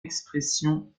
expression